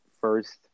first